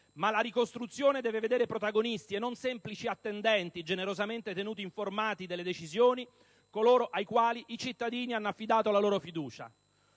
ma la ricostruzione deve vedere protagonisti, e non semplici attendenti generosamente tenuti informati delle decisioni, coloro ai quali i cittadini hanno affidato la loro fiducia.